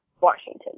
Washington